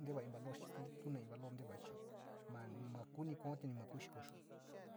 ntevayo valor chi tu ni in valor te vao chi ma ku ni kuao, ma kuni xikoyo.